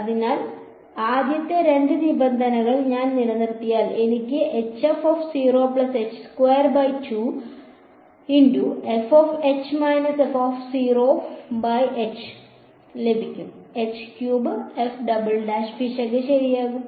അതിനാൽ ആദ്യത്തെ രണ്ട് നിബന്ധനകൾ ഞാൻ നിലനിർത്തിയാൽ എനിക്ക് ലഭിക്കും പിശക് ശരിയാകും